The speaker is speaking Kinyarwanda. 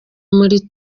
muri